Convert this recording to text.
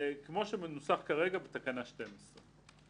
כמו שמנוסח כרגע בתקנה 12(ב),